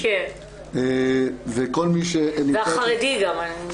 וכל מי- -- והחרדי גם.